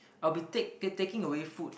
I will be take take taking away food